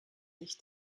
sich